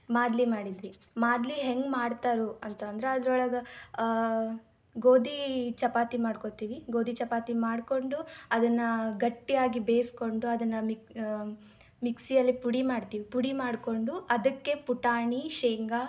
ಮಾದಲಿ ಮಾಡಿದ್ವಿ ಮಾದಲಿ ಹೆಂಗೆ ಮಾಡ್ತಾರು ಅಂತಂದ್ರೆ ಅದ್ರೊಳಗೆ ಗೋಧಿ ಚಪಾತಿ ಮಾಡ್ಕೊತೀವಿ ಗೋಧಿ ಚಪಾತಿ ಮಾಡಿಕೊಂಡು ಅದನ್ನು ಗಟ್ಟಿಯಾಗಿ ಬೇಯಿಸ್ಕೊಂಡು ಅದನ್ನು ಮಿಕ್ ಮಿಕ್ಸಿಯಲ್ಲಿ ಪುಡಿ ಮಾಡ್ತೀವಿ ಪುಡಿ ಮಾಡಿಕೊಂಡು ಅದಕ್ಕೆ ಪುಟಾಣಿ ಶೇಂಗಾ